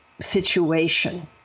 situation